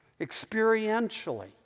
experientially